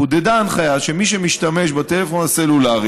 חודדה ההנחיה שמי שמשתמש בטלפון הסלולרי,